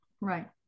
Right